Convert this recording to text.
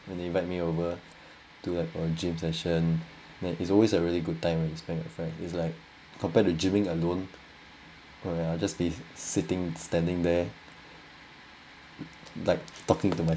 when the invite me over to like a gym session there is always a really good time you spend with your friend is like compared to gymming alone ya just be sitting standing there like talking to